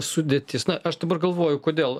sudėtis na aš dabar galvoju kodėl